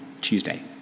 Tuesday